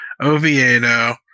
Oviedo